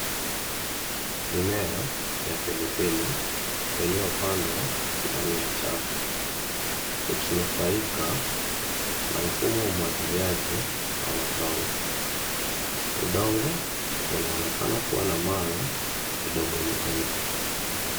Mimea ya pilipili iliyopandwa ndani ya chafu, ikinufaika na mfumo wa umwagiliaji wa matone. Udongo unaonekana kuwa na mawe madogo madogo.